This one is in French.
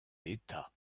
état